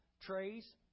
trays